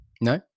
No